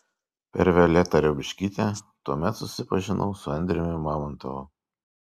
per violetą riaubiškytę tuomet susipažinau su andriumi mamontovu